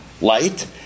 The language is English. light